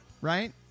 Right